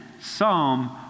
Psalm